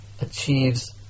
achieves